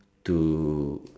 to